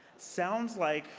sounds like,